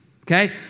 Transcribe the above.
Okay